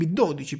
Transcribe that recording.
B12